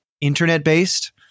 internet-based